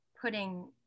putting